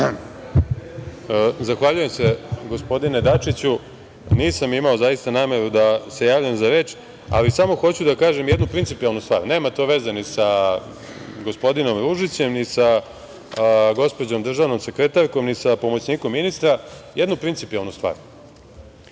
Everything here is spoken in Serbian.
Zahvaljujem se, gospodine Dačiću. Nisam imao zaista nameru da se javljam za reč, ali samo hoću da kažem jednu principijelnu stvar, nema to veze ni sa gospodinom Ružićem, ni sa gospođom državnom sekretarkom, ni sa pomoćnikom ministra, jednu principijelnu stvar,